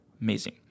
Amazing